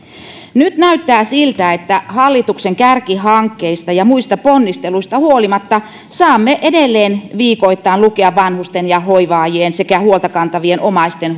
nyt näyttää siltä että hallituksen kärkihankkeista ja muista ponnisteluista huolimatta saamme edelleen viikoittain lukea vanhusten ja hoivaajien sekä huolta kantavien omaisten